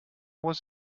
was